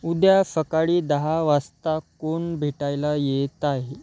उद्या सकाळी दहा वाजता कोण भेटायला येत आहे